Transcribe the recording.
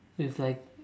with like